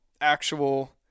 actual